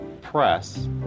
press